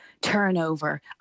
turnover